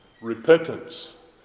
repentance